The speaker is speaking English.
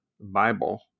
Bible